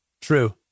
true